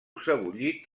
sebollit